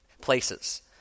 places